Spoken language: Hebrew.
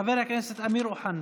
חבר הכנסת אמיר אוחנה,